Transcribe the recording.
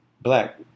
Black